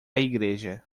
igreja